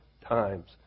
times